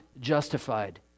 justified